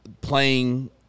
playing